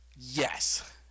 Yes